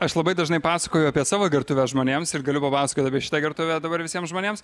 aš labai dažnai pasakoju apie savo gertuvę žmonėms ir galiu papasakot apie šitą gertuvę dabar visiem žmonėms